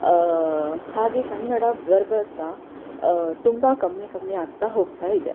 ಹಾಗೆ ಕನ್ನಡ ಬರ್ಬರ್ತಾ ತುಂಬ ಕಮ್ಮಿ ಕಮ್ಮಿ ಆಗ್ತಾ ಹೋಗ್ತಾಯಿದೆ